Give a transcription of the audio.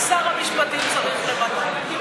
שר המשפטים צריך למנות.